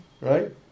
right